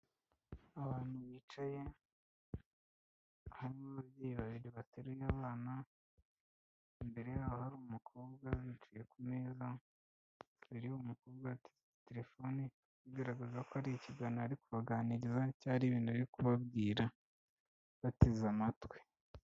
Abantu bicaye harimo ababyeyi babiri bateruye abana, imbere yaho hari umukobwa yicaye ku meza, imbere y'uwo mukobwa hateretse telefoni, bigaragaza ko ari ikiganiro ari kubaganiriza cya ari ibintu ari kubabwira bateze amatwi.